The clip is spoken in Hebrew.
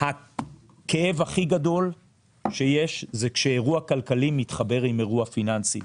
הכאב הכי גדול שיש זה כשאירוע כלכלי מתחבר עם אירוע פיננסי.